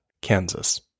Kansas